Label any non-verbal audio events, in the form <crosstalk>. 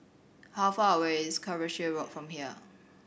how far away is <unintelligible> Road from here